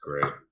great